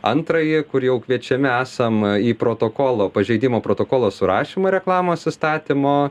antrąjį kur jau kviečiami esam į protokolo pažeidimo protokolo surašymą reklamos įstatymo